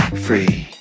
free